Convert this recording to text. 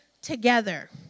together